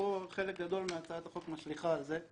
שחלק גדול מהצעת החוק משליכה על זה,